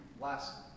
last